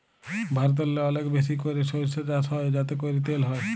ভারতেল্লে অলেক বেশি ক্যইরে সইরসা চাষ হ্যয় যাতে ক্যইরে তেল হ্যয়